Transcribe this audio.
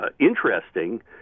interesting